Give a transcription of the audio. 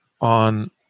on